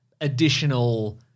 Additional